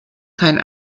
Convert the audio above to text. kein